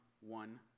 one